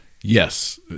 Yes